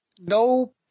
no